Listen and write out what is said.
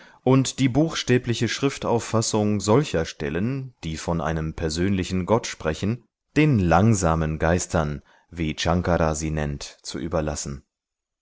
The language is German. und die buchstäbliche schriftauffassung solcher stellen die von einem persönlichen gott sprechen den langsamen geistern wie ankara sie nennt zu überlassen